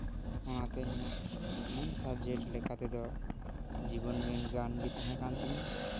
ᱚᱱᱟᱛᱮ ᱤᱧᱟᱹᱜ ᱢᱮᱱ ᱥᱟᱵᱽᱡᱮᱠᱴ ᱞᱮᱠᱟ ᱛᱮᱫᱚ ᱡᱤᱵᱚᱱ ᱵᱤᱜᱽᱜᱟᱱ ᱜᱮ ᱛᱟᱦᱮᱸ ᱠᱟᱱ ᱛᱤᱧᱟᱹ